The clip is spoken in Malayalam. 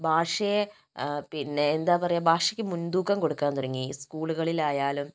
ഭാഷയെ പിന്നെ എന്താ പറയുക ഭാഷയ്ക്ക് മുൻതൂക്കം കൊടുക്കാൻ തുടങ്ങി സ്കൂളുകളിലായാലും